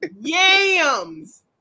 Yams